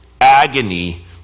agony